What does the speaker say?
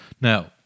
Now